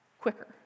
quicker